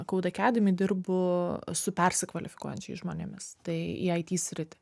codeacamedy dirbu su persikvalifikuojančiais žmonėmis tai į it sritį